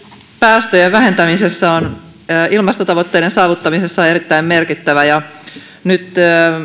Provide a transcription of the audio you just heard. päästöjen vähentämisessä ja ilmastotavoitteiden saavuttamisessa on erittäin merkittävä ja nyt